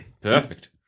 Perfect